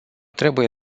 trebuie